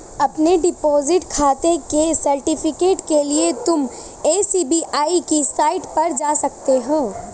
अपने डिपॉजिट खाते के सर्टिफिकेट के लिए तुम एस.बी.आई की साईट पर जा सकते हो